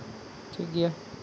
ᱴᱷᱤᱠ ᱜᱮᱭᱟ